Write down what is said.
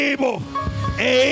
Able